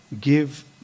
give